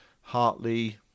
Hartley